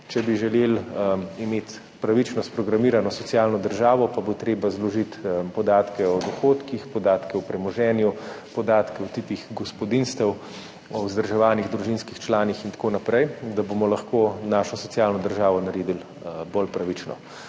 Če bi želeli imeti pravično sprogramirano socialno državo, bo treba zložiti podatke o dohodkih, podatke o premoženju, podatke o tipih gospodinjstev, o vzdrževanih družinskih članih in tako naprej, da bomo lahko našo socialno državo naredili bolj pravično.